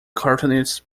cartoonist